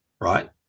right